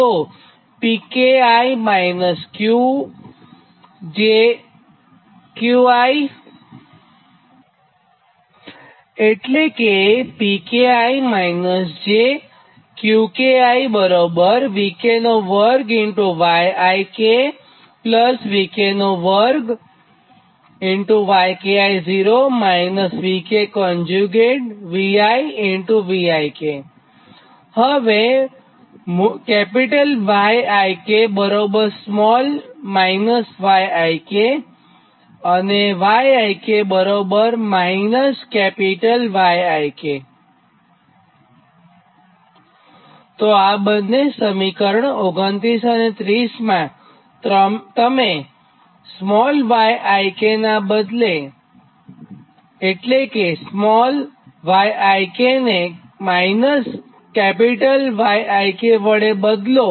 તો હવે તો આ બંને સમીકરણ 29 અને 30 માં તમે yik ને -Yik વડે બદલો